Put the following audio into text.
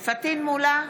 בעד פטין מולא,